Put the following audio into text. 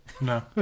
No